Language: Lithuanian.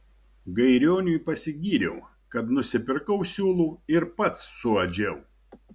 gairioniui pasigyriau kad nusipirkau siūlų ir pats suadžiau